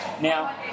Now